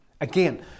Again